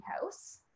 house